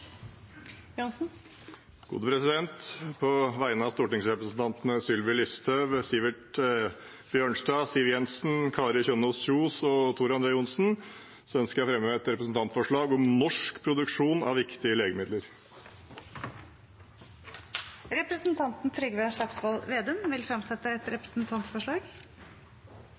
På vegne av stortingsrepresentantene Sylvi Listhaug, Sivert Bjørnstad, Siv Jensen, Kari Kjønaas Kjos og meg selv ønsker jeg å fremme et representantforslag om norsk produksjon av viktige legemidler. Representanten Trygve Slagsvold Vedum vil fremsette et representantforslag.